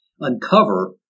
uncover